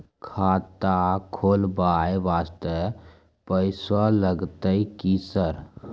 खाता खोलबाय वास्ते पैसो लगते की सर?